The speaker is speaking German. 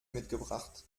mitgebracht